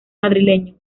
madrileño